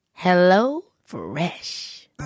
HelloFresh